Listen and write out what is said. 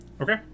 Okay